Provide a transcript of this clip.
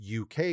UK